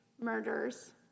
Murders